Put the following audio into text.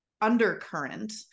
undercurrent